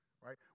right